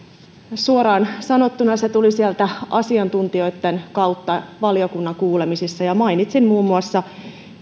suoraan sanottuna se tuli sieltä asiantuntijoitten kautta valiokunnan kuulemisissa ja mainitsin muun muassa ne